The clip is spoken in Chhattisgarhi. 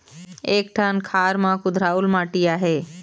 एक ठन खार म कुधरालू माटी आहे?